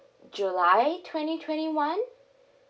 july twenty twenty one